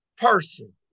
person